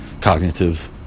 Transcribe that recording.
cognitive